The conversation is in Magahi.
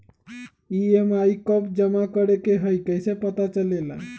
ई.एम.आई कव जमा करेके हई कैसे पता चलेला?